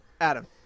Adam